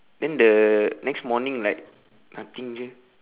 then the next morning like nothing jer